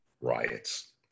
riots